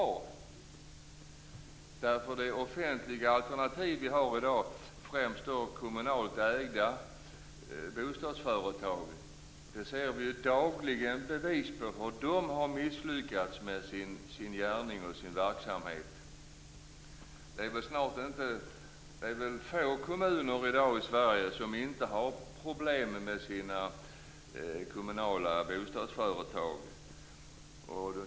Vi ser ju dagligen bevis på hur de offentliga alternativ vi har i dag, främst kommunalt ägda bostadsföretag, har misslyckats med sin gärning och sin verksamhet. Det är väl få kommuner i dag som inte har problem med sina kommunala bostadsföretag.